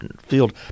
field